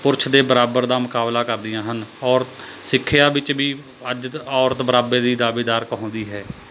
ਪੁਰਸ਼ ਦੇ ਬਰਾਬਰ ਦਾ ਮੁਕਾਬਲਾ ਕਰਦੀਆਂ ਹਨ ਔਰ ਸਿੱਖਿਆ ਵਿੱਚ ਵੀ ਅੱਜ ਔਰਤ ਬਰਾਬਰ ਦੀ ਦਾਅਵੇਦਾਰ ਕਹਾਉਂਦੀ ਹੈ